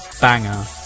banger